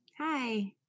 Hi